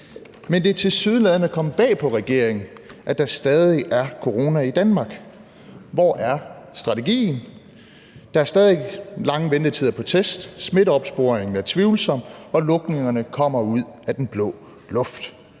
Men det er tilsyneladende kommet bag på regeringen, at der stadig er corona i Danmark. Hvor er strategien? Der er stadig lange ventetider på test, smitteopsporingen er tvivlsom, og lukningerne kommer ud af den blå luft.